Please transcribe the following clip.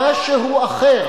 למשהו אחר.